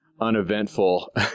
uneventful